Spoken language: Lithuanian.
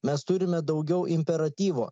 mes turime daugiau imperatyvo